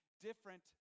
different